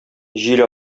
җил